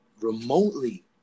remotely